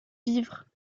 vivres